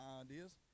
ideas